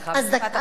משפט אחרון.